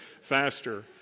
faster